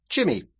Jimmy